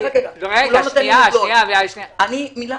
אני רק